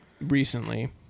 recently